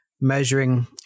measuring